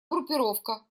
группировка